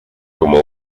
como